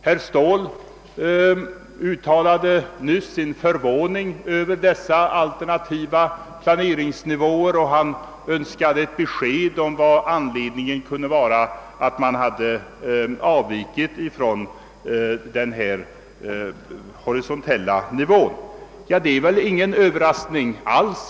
Herr Ståhl uttalade nyss sin förvåning över dessa alternativa planeringsnivåer, och han önskade ett besked om vad anledningen kunde vara till att man avvikit från den horisontella nivån. Det är ingen överraskning alls.